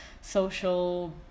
social